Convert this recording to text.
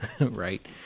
Right